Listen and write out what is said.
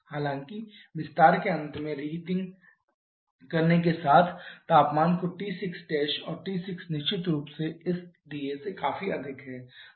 हालांकि विस्तार के अंत रिहीटिंग करने के साथ तापमान को T6' और T6 निश्चित रूप से इस TA से काफी अधिक है